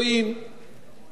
שראויים לשבח,